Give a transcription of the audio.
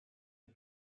des